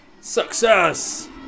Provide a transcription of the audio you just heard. success